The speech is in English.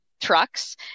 trucks